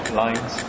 lines